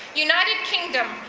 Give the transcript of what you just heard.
united kingdom,